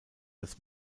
das